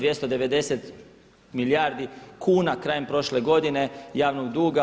290 milijardi kuna krajem prošle godine, javnog duga.